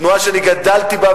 תנועה שאני גדלתי בה,